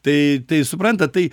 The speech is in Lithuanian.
tai tai suprantat tai